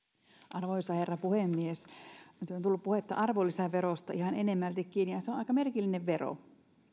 arvoisa herra puhemies nyt on tullut puhetta arvonlisäverosta ihan enemmältikin ja se on aika merkillinen vero